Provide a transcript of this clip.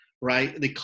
right